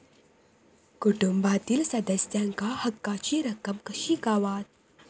कुटुंबातील सदस्यांका हक्काची रक्कम कशी गावात?